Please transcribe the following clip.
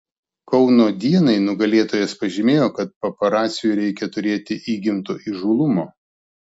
kauno dienai nugalėtojas pažymėjo kad paparaciui reikia turėti įgimto įžūlumo